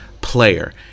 player